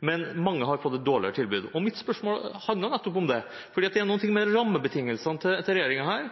men mange har fått et dårligere tilbud. Mitt spørsmål handler nettopp om det, for det er noe med rammebetingelsene til regjeringen her.